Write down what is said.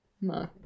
No